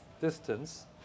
distance